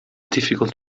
difficult